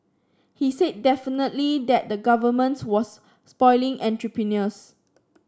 he said definitively that the Governments was spoiling entrepreneurs